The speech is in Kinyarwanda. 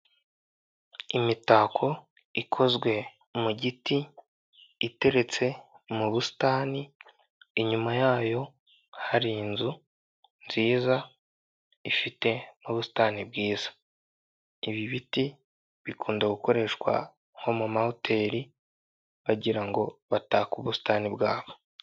Imitako ikozwe mu giti iteretse mu busitani inyuma yayo hari inzu nziza ifite n'ubusitani bwiza. Ibi biti bikunda gukoreshwa nko mu mahoteri bagirango batake ubusitani bwabo.